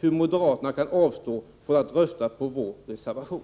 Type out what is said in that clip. hur moderaterna kan avstå från att rösta på vår reservation.